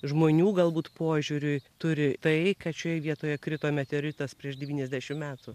žmonių galbūt požiūriui turi tai kad šioje vietoje krito meteoritas prieš devyniasdeši metų